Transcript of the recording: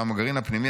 "אולם הגרעין הפנימי,